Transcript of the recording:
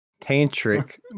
Tantric